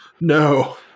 No